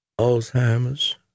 Alzheimer's